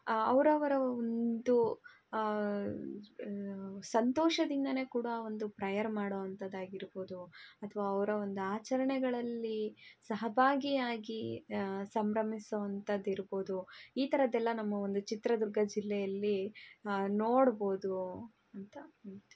ಅವರವ್ರ ಒಂದು ಸಂತೋಷದಿಂದನೇ ಕೂಡ ಒಂದು ಪ್ರಯರ್ ಮಾಡುವಂಥದ್ ಆಗಿರ್ಬೋದು ಅಥ್ವಾ ಅವರ ಒಂದು ಆಚರಣೆಗಳಲ್ಲಿ ಸಹಭಾಗಿಯಾಗಿ ಸಂಭ್ರಮಿಸುವಂಥದ್ ಇರ್ಬೋದು ಈ ಥರದೆಲ್ಲ ನಮ್ಮ ಒಂದು ಚಿತ್ರದುರ್ಗ ಜಿಲ್ಲೆಯಲ್ಲಿ ನೋಡ್ಬೋದು ಅಂತ ಹೇಳ್ತೀನಿ